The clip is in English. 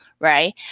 Right